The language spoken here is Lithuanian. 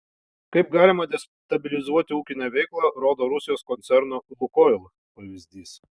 kaip galima destabilizuoti ūkinę veiklą rodo rusijos koncerno lukoil pavyzdys